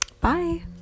bye